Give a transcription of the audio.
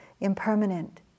Impermanent